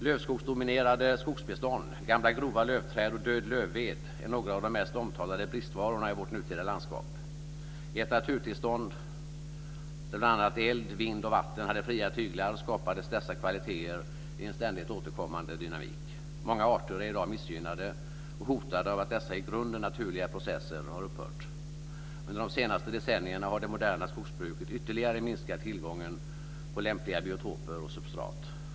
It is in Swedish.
Lövskogsdominerade skogsbestånd, gamla grova lövträd och död lövved är några av de mest omtalade bristvarorna i vårt nutida landskap. I ett naturtillstånd där bl.a. eld, vind och vatten hade fria tyglar skapades dessa kvaliteter i en ständigt återkommande dynamik. Många arter är i dag missgynnade och hotade av att dessa i grunden naturliga processer har upphört. Under de senaste decennierna har det moderna skogsbruket ytterligare minskat tillgången till lämpliga biotoper och substrat.